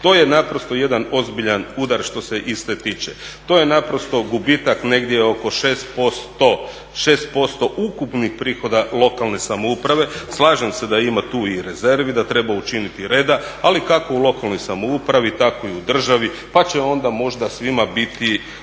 to je jedan ozbiljan udar što se iste tiče, to je naprosto gubitak negdje oko 6% ukupnih prihoda lokalne samouprave. Slažem se da ima tu i rezervi, da treba učiniti reda ali kako u lokalnoj samoupravi tako i u državi pa će onda možda svima biti